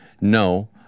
no